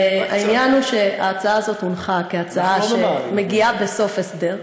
העניין הוא שההצעה הזאת הונחה כהצעה שמגיעה בסוף הסדר.